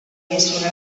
gezur